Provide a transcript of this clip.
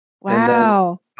Wow